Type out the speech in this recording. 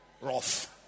Rough